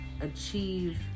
achieve